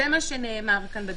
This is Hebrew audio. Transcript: זה מה שנאמר בדיון.